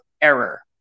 error